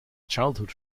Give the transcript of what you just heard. childhood